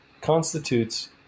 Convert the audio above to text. constitutes